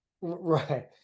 Right